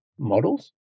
models